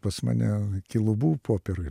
pas mane iki lubų popierių